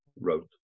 wrote